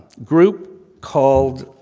group called